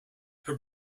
her